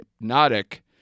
Hypnotic